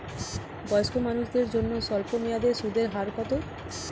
বয়স্ক মানুষদের জন্য স্বল্প মেয়াদে সুদের হার কত?